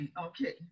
okay